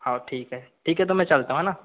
हाऊ ठीक है ठीक है तो मैं चलता हूँ है ना